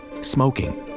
smoking